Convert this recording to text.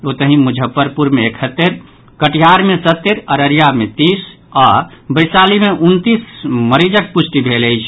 ओतहि मुजफ्फरपुर मे एकहत्तरि कटिहार मे सत्तर अररिया मे तीस आओर वैशाली मे उनतीस मरीजक प्रष्टि भेल अछि